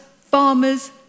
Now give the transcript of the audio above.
farmers